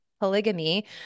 polygamy